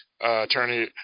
attorney